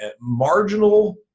marginal